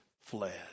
fled